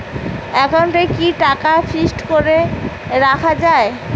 একাউন্টে কি টাকা ফিক্সড করে রাখা যায়?